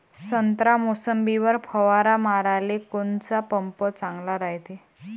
संत्रा, मोसंबीवर फवारा माराले कोनचा पंप चांगला रायते?